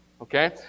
okay